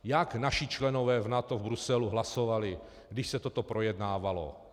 Jak naši členové v NATO v Bruselu hlasovali, když se toto projednávalo?